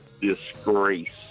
disgrace